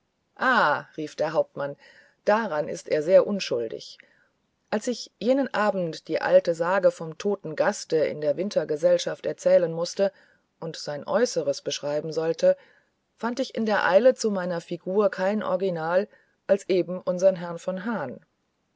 rief der hauptmann daran ist er sehr unschuldig als ich jenen abend die alte sage vom toten gaste in der wintergesellschaft erzählen mußte und sein äußeres beschreiben sollte fand ich in der eile zu meiner figur kein original als eben unseren herrn von hahn